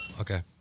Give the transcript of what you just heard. Okay